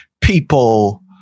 people